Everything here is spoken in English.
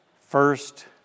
first